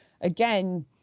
again